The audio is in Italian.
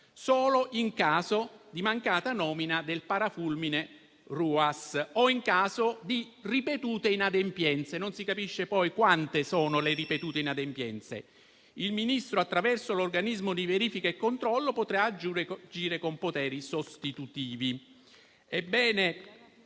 solo in caso di mancata nomina del parafulmine RUAS o in caso di ripetute inadempienze. Non si capisce poi quante siano le ripetute inadempienze. Il Ministro, attraverso l'organismo di verifica e controllo, potrà agire con poteri sostitutivi.